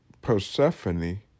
Persephone